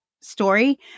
story